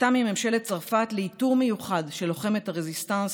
זכתה לעיטור מיוחד של לוחמת הרזיסטנס